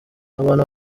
abantu